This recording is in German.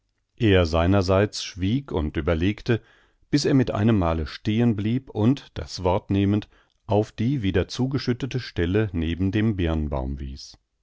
er seinerseits schwieg und überlegte bis er mit einem male stehen blieb und das wort nehmend auf die wieder zugeschüttete stelle neben dem birnbaum wies